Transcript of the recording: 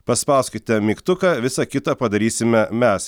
paspauskite mygtuką visa kita padarysime mes